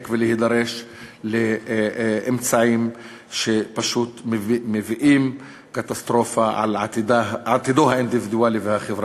ולהידרש לאמצעים שפשוט מביאים קטסטרופה על עתידו האינדיבידואלי והחברתי.